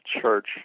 church